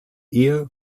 ehe